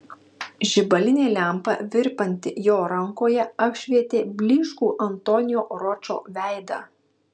žibalinė lempa virpanti jo rankoje apšvietė blyškų antonio ročo veidą